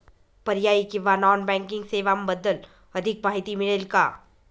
पर्यायी किंवा non banking सेवांबद्दल अधिक माहिती मिळेल का?